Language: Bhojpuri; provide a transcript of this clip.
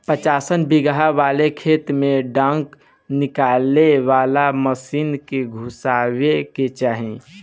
पचासन बिगहा वाले खेत में डाँठ निकाले वाला मशीन के घुसावे के चाही